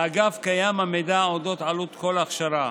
לאגף יש מידע על עלות כל הכשרה,